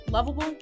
Lovable